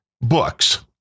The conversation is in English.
books